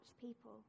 people